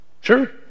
Sure